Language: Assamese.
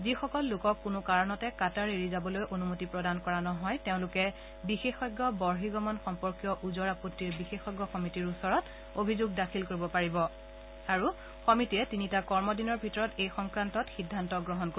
যিসকল লোকক কোনো কাৰণতে কাটাৰ এৰি যাবলৈ অনুমতি প্ৰদান কৰা নহয় তেওঁলোকে বিশেষজ্ঞ বহিঃগমন সম্পৰ্কীয় ওজৰ আপত্তিৰ বিশেষজ্ঞ সমিতিৰ ওচৰত অভিযোগ দাখিল কৰিব পাৰিব আৰু সমিতিয়ে তিনিটা কমদিনৰ ভিতৰত এই সংক্ৰান্তত সিদ্ধান্ত গ্ৰহণ কৰিব